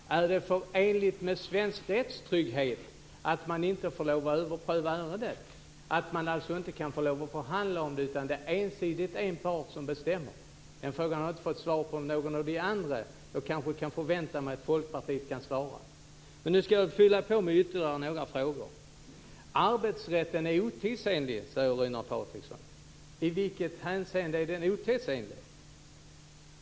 Fru talman! Är det förenligt med svensk rättstrygghet att man inte får lov att överpröva sådana ärenden? Man får alltså inte förhandla om det, utan det är en part som ensidigt bestämmer. Jag har inte fått svar på den här frågan från något av de andra partierna, men jag förväntar mig att Folkpartiet kan besvara den. Jag ska fylla på med ytterligare några frågor. Arbetsrätten är otidsenlig, säger Runar Patriksson. I vilket hänseende är den otidsenlig?